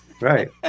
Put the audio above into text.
Right